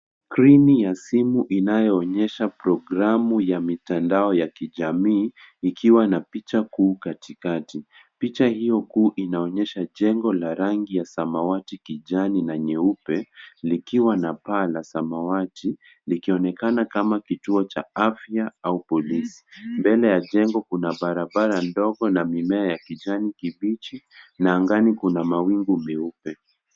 Skrini ya simu inayoonyesha programu ya mitandao ya kijamii ikiwa na picha kuu katikati. Picha hio kuu inaonyesha jengo la rangi ya samawati kijani na nyeupe likiwa na paa la samawati, likionekana kama kituo cha afya au polisi. Mbele ya jengo kuna barabara ndogo na mimea ya kijani kibichi na angani kuna mawingu meupe.